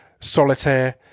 solitaire